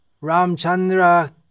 Ramchandra